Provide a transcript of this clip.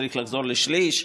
צריך לחזור לשליש,